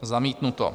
Zamítnuto.